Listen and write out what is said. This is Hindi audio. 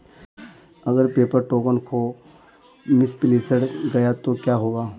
अगर पेपर टोकन खो मिसप्लेस्ड गया तो क्या होगा?